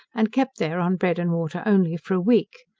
and kept there on bread and water only, for a week.